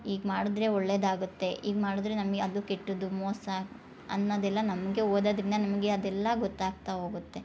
ಹೀಗೆ ಮಾಡಿದ್ರೆ ಒಳ್ಳೆಯದು ಆಗತ್ತೆ ಹೀಗೆ ಮಾಡಿದ್ರೆ ನಮಗೆ ಅದು ಕೆಟ್ಟದ್ದು ಮೋಸ ಅನ್ನೋದೆಲ್ಲ ನಮಗೆ ಓದದ್ರಿಂದ ನಮಗೆ ಅದೆಲ್ಲ ಗೊತ್ತಾಗ್ತಾ ಹೋಗುತ್ತೆ